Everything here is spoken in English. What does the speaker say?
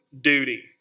duty